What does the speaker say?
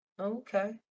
okay